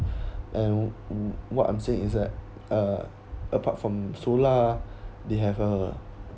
and wh~ what I'm saying is that uh apart from solar they have uh